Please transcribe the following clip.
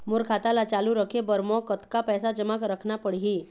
मोर खाता ला चालू रखे बर म कतका पैसा जमा रखना पड़ही?